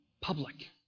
public